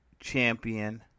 champion